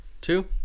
Two